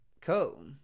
Cool